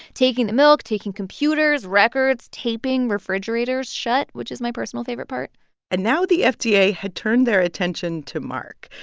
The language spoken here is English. taking the milk, taking computers, records, taping refrigerators shut, which is my personal favorite part and now the fda had turned their attention to mark.